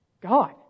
God